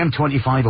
M25